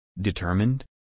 Determined